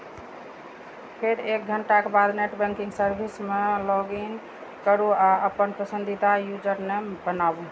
फेर एक घंटाक बाद नेट बैंकिंग सर्विस मे लॉगइन करू आ अपन पसंदीदा यूजरनेम बनाउ